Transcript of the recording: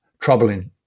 troubling